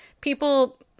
People